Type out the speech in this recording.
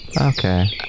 Okay